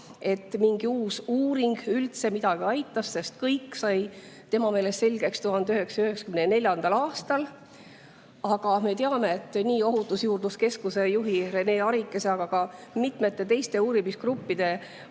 et mingi uus uuring üldse midagi aitaks, sest kõik sai tema meelest selgeks 1994. aastal. Aga me teame, et Ohutusjuurdluse Keskuse juht Rene Arikas, aga ka mitmed teised uurimisgrupid